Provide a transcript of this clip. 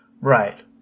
Right